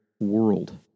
world